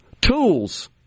Tools